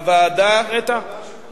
זאת ההודעה לעיתונות.